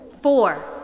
Four